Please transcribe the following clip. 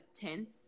tense